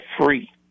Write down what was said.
free